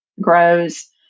grows